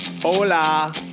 Hola